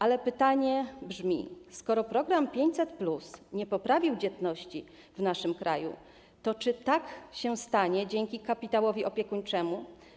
Ale pytanie brzmi: Skoro program 500+ nie poprawił dzietności w naszym kraju, to czy tak się stanie dzięki kapitałowi opiekuńczemu?